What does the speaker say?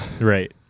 right